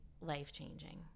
life-changing